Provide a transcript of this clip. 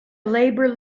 labor